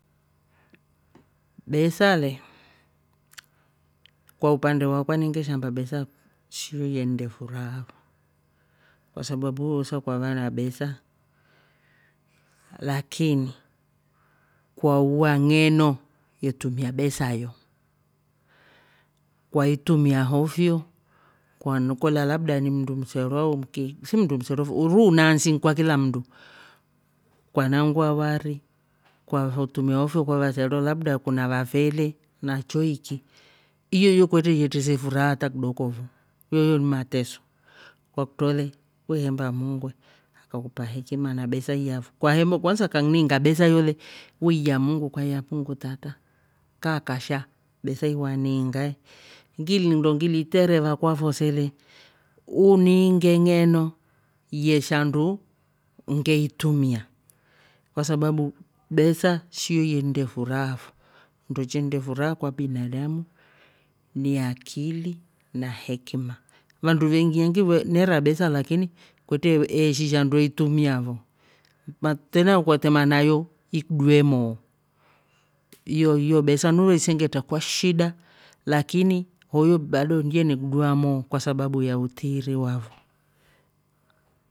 Besa le kwa upande wakwa ini ngeshaamba besa shiyo yennde furaha fo, kwa sababu we wosa ukawa na besa lakini kwauwa ng'eno itumia besa yo. kwaitumia hofyo kwa- kolya ni mndu msero au mki shi mndu msero fo uruu naansi ni kwakila mndu kwa nagwa wari kwa ansa itumia hofyo kwa vasero labda kuna vafele na choiki iyoo oyo kwetre yete se furaha hatra kidoko fo yooyo ni mateso kwakutro le we hemba muungu akakupa hekima na besa yo yafo. kwansa kakuniinga besa yo le weiya muungu kwahiya mungu tata kaa kasha besa hii waniinga ngili- ndo ngili teereva kwafo se le uniinge ngeno yeshandu ngeitumia kwa sababu besa shi yo yennde furaha fo nndo chennde furaha kwa binadamu ni akili na hekima. Vandu veengi nera besa lakini kwetre eeshi shandu eitumia fo ma tena ukatema nayo ikudue moo iyoo yo besa nuve sengetra kwa shida. lakini hoyo bado yene kudua moo kwa sabau ya utiiri wafo.